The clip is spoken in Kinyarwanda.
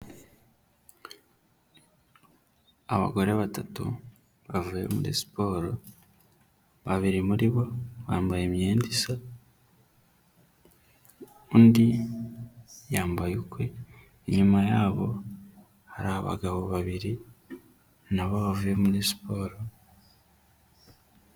Abagore batatu bavuye muri siporo, babiri muri bo bambaye imyenda undi yambaye ukwe, inyuma yabo hari abagabo babiri nabo bavuye muri siporo.